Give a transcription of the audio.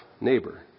neighbor